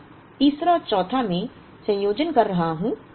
अब तीसरा और चौथा मैं संयोजन कर रहा हूं